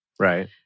Right